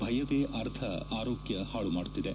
ಭಯವೇ ಅರ್ಧ ಆರೋಗ್ಯ ಹಾಳು ಮಾಡುತ್ತಿದೆ